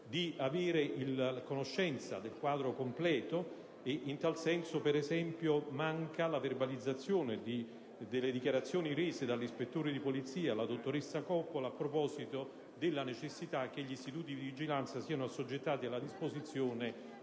di avere conoscenza del quadro completo. In tal senso, ad esempio, manca la verbalizzazione delle dichiarazioni rese dall'ispettore di polizia, la dottoressa Coppola, a proposito della necessità che gli istituti di vigilanza siano assoggettati alla disposizione